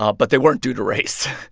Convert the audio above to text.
um but they weren't due to race.